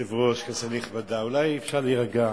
אדוני היושב-ראש, כנסת נכבדה, אולי אפשר להירגע?